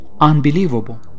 unbelievable